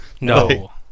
No